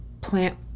plant